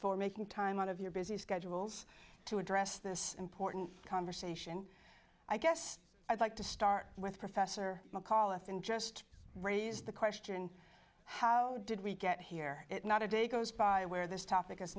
for making time out of your busy schedules to address this important conversation i guess i'd like to start with professor mcauliffe in just raise the question how did we get here not a day goes by where this topic is